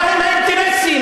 מהם האינטרסים?